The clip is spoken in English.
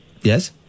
Yes